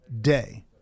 day